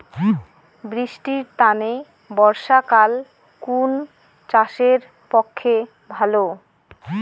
বৃষ্টির তানে বর্ষাকাল কুন চাষের পক্ষে ভালো?